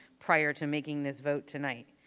prior to making this vote tonight.